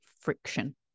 friction